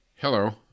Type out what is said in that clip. Hello